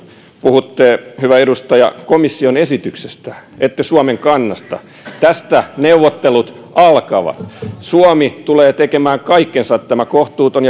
puhutte hyvä edustaja komission esityksestä ette suomen kannasta tästä neuvottelut alkavat suomi tulee tekemään kaikkensa että tämä kohtuuton